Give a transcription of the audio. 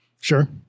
Sure